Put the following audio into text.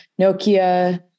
Nokia